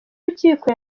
y’urukiko